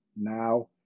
now